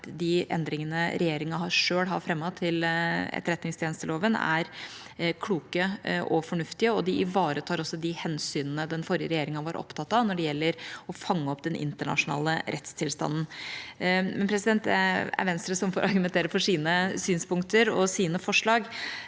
at de endringene regjeringa selv har fremmet til etterretningstjenesteloven, er kloke og fornuftige, og de ivaretar også de hensynene den forrige regjeringa var opptatt av når det gjelder å fange opp den internasjonale rettstilstanden. Venstre får argumentere for sine synspunkter og forslag,